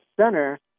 Center